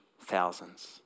thousands